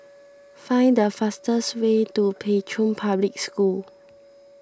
find the fastest way to Pei Chun Public School